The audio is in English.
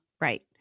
Right